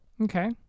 Okay